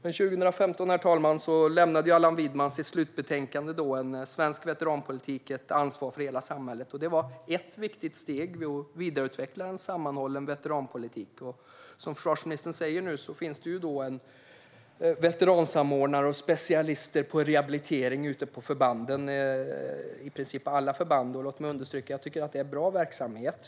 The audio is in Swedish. År 2015, herr talman, lämnade Allan Widman sitt slutbetänkande Svensk veteranpolitik - Ett ansvar för hela samhället . Det var ett viktigt steg för att vidareutveckla en sammanhållen veteranpolitik. Som försvarsministern säger nu finns det en veteransamordnare och specialister på rehabilitering ute på i princip alla förband, och låt mig understryka att jag tycker att det är en bra verksamhet.